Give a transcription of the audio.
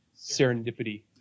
serendipity